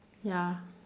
ya